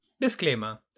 Disclaimer